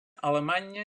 alemanya